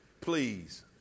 please